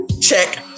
check